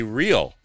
real